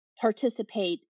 participate